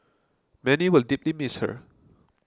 many will deeply miss her